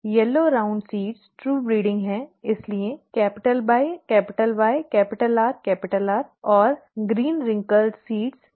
पीले गोल बीज ट्रू ब्रीडिंग हैं इसलिए YYRR और हरे झुर्रियों वाले बीज yyrr होंगे